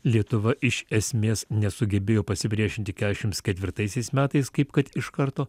lietuva iš esmės nesugebėjo pasipriešinti keturiasdešims ketvirtaisiais metais kaip kad iš karto